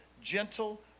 gentle